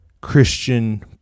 christian